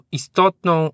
istotną